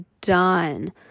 done